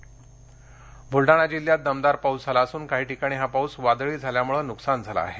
बुलढाणा पाऊस बुलडाणा जिल्ह्यात दमदार पाऊस झाला असून काही ठिकाणी हा पाऊस वादळी झाल्यामुळं नुकसान झालं आहे